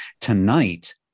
tonight